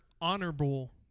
honorable